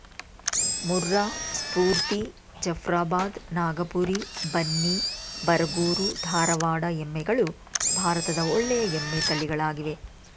ಮುರ್ರಾ, ಸ್ಪೂರ್ತಿ, ಜಫ್ರಾಬಾದ್, ನಾಗಪುರಿ, ಬನ್ನಿ, ಬರಗೂರು, ಧಾರವಾಡ ಎಮ್ಮೆಗಳು ಭಾರತದ ಒಳ್ಳೆಯ ಎಮ್ಮೆ ತಳಿಗಳಾಗಿವೆ